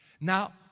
Now